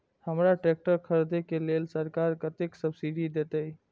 हमरा ट्रैक्टर खरदे के लेल सरकार कतेक सब्सीडी देते?